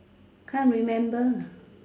can't remember